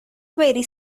very